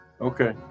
Okay